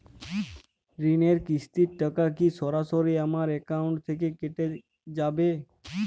ঋণের কিস্তির টাকা কি সরাসরি আমার অ্যাকাউন্ট থেকে কেটে যাবে?